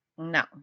No